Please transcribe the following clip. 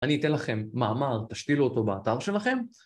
אני אתן לכם מאמר, תשתילו אותו באתר שלכם